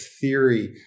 theory